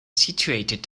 situated